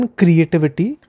creativity